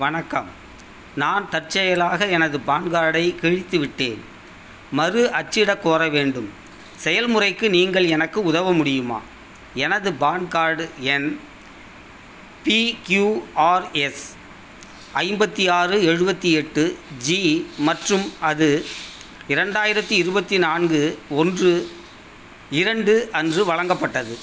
வணக்கம் நான் தற்செயலாக எனது பான் கார்டை கிழித்துவிட்டேன் மறு அச்சிட கோர வேண்டும் செயல்முறைக்கு நீங்கள் எனக்கு உதவ முடியுமா எனது பான் கார்டு எண் பிக்யூஆர்எஸ் ஐம்பத்து ஆறு எழுபத்தி எட்டு ஜி மற்றும் அது இரண்டாயிரத்து இருபத்தி நான்கு ஒன்று இரண்டு அன்று வழங்கப்பட்டது